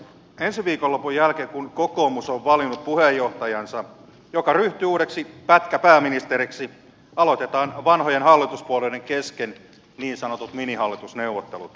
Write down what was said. ensi viikonlopun jälkeen kun kokoomus on valinnut puheenjohtajansa joka ryhtyy uudeksi pätkäpääministeriksi aloitetaan vanhojen hallituspuolueiden kesken niin sanotut minihallitusneuvottelut